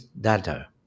data